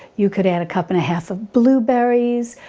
you could add a cup and a half of blueberries.